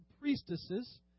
priestesses